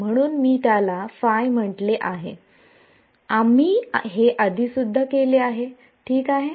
म्हणून मी त्याला म्हटले आहे आम्ही हे आधीसुद्धा केले होते ठीक आहे